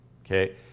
Okay